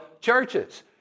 churches